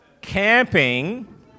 camping